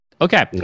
Okay